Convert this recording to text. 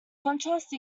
contrast